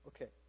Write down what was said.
Okay